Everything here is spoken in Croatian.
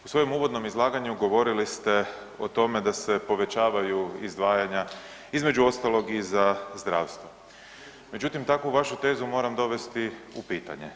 U svojem uvodnom izlaganju govorili ste o tome da se povećavaju izdvajanja između ostalog i za zdravstvo, međutim takvu vašu tezu moram dovesti u pitanje.